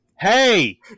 Hey